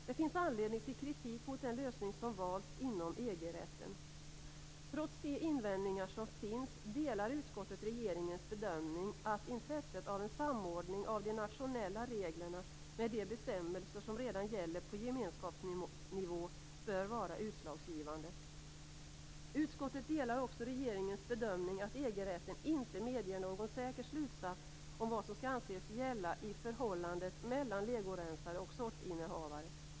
Det finns anledning till kritik mot den lösning som valts inom EG-rätten. Trots de invändningar som finns delar utskottet regeringens bedömning att intresset av en samordning av de nationella reglerna med de bestämmelser som redan gäller på gemenskapsnivå bör vara utslagsgivande. Utskottet delar också regeringens bedömning att EG-rätten inte medger någon säker slutsats om vad som skall anses gälla i förhållandet mellan legorensare och sortinnehavare.